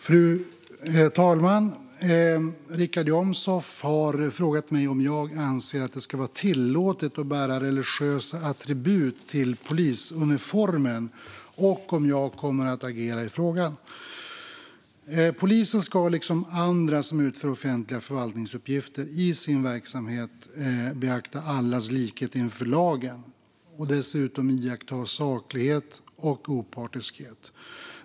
Fru talman! Richard Jomshof har frågat mig om jag anser att det ska vara tillåtet att bära religiösa attribut till polisuniformen och om jag kommer att agera i frågan. Polisen ska, liksom andra som utför offentliga förvaltningsuppgifter, i sin verksamhet beakta allas likhet inför lagen och dessutom iaktta saklighet och opartiskhet.